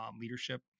leadership